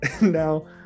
Now